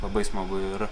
labai smagu ir